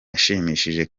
ashimishije